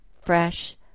fresh